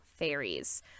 fairies